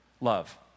love